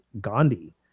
Gandhi